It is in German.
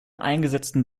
eingesetzten